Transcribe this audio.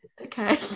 Okay